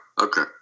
okay